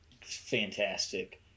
fantastic